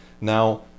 Now